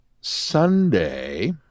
Sunday